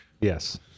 Yes